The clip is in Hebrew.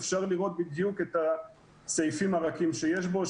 אפשר לראות בדיוק את הסעיפים הרכים שיש בו.